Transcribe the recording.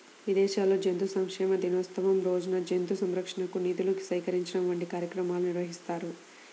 విదేశాల్లో జంతు సంక్షేమ దినోత్సవం రోజున జంతు సంరక్షణకు నిధులు సేకరించడం వంటి కార్యక్రమాలు నిర్వహిస్తారు